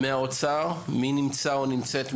מי נמצא או נמצאת מהאוצר?